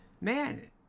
man